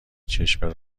چشم